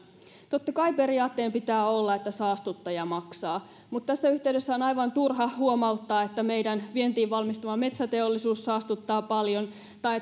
totta kai periaatteen pitää olla että saastuttaja maksaa mutta tässä yhteydessä on aivan turha huomauttaa että meidän vientiin valmistuva metsäteollisuutemme saastuttaa paljon tai